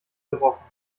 gerochen